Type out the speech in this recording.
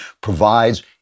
provides